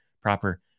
proper